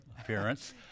appearance